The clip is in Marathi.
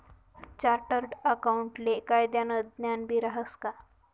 चार्टर्ड अकाऊंटले कायदानं ज्ञानबी रहास का